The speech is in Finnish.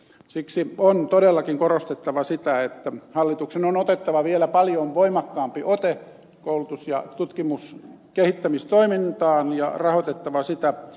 siksi on todellakin korostettava sitä että hallituksen on otettava vielä paljon voimakkaampi ote koulutuksen ja tutkimuksen kehittämistoimintaan ja rahoitettava sitä